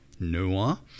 Noah